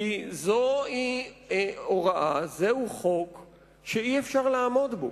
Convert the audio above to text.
כי זוהי הוראה, זהו חוק שאי-אפשר לעמוד בו.